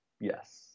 Yes